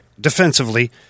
defensively